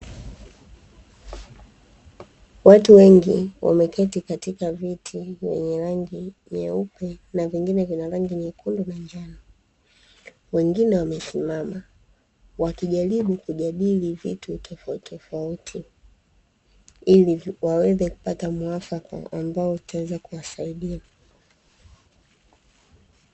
Watu wengi wameketi katika viti vyenye rangi nyeupe na vingine vyenye rangi nyekundu na njano, wengine wamesimama wakijaribu kujadili vitu tofauti tofauti, ili waweze kupata muafaka ambao utaweza kuwasaidia.